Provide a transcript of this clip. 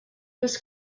was